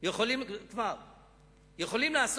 אני אגיש הצעת חוק כפי שקיים בעולם המערבי,